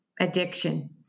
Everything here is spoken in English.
addiction